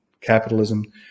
capitalism